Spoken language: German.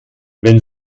wenn